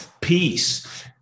peace